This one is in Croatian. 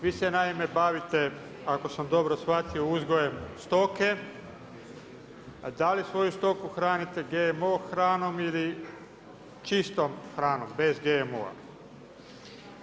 Vi se naime bavite ako sam dobro shvatio uzgojem stoke, a da li svoju stoku hranite GMO hranom ili čistom hranom bez GMO-a.